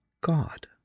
God